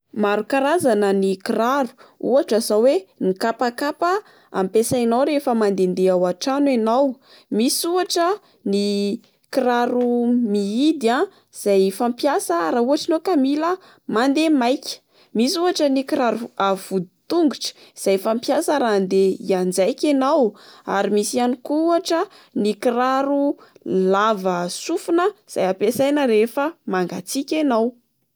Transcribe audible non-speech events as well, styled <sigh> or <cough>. Maro karazana ny kiraro ohatra zao oe ny kapakapa ampesainao rehefa mandende ao antrano ianao, misy ohatra ny <hesitation> kiraro mihidy a izay fampiasa raha ohatra ianao ka mila mande maika. Misy ohatra ny kiraro <hesitation> avo vody tongotra izay fampiasaina raha ande hianjaika enao, ary misy ihany koa ohatra ny kiraro lava <hesitation> sofina izay ampesaina rehefa mangatsika enao.